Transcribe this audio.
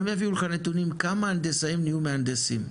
הם הביאו לך נתונים כמה הנדסאים נהיו מהנדסים,